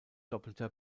doppelter